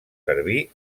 servir